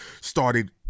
Started